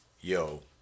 yo